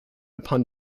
upon